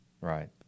right